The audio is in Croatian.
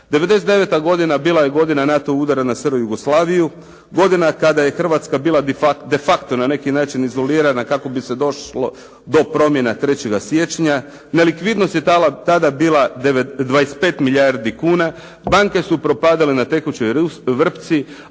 '99. godina je bila godina NATO udara na SR Jugoslaviju, godina kada je Hrvatska bila de facto na neki način izolirana kako bi se došlo do promjena 3. siječnja, nelikvidnost je tada bila 25 milijardi kuna, banke su propadale na tekućoj vrpci,